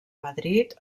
madrid